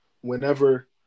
whenever